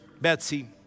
Betsy